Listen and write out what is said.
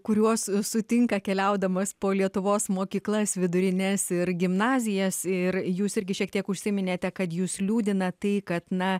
kuriuos sutinka keliaudamas po lietuvos mokyklas vidurines ir gimnazijas ir jūs irgi šiek tiek užsiminėte kad jus liūdina tai kad na